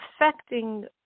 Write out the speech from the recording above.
affecting